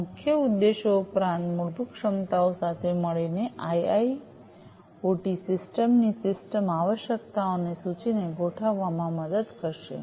આ મુખ્ય ઉદ્દેશો ઉપરાંત મૂળભૂત ક્ષમતાઓ સાથે મળીને આઈઆઈઑટી સિસ્ટમની સિસ્ટમ આવશ્યકતાઓની સૂચિને ગોઠવવામાં મદદ કરશે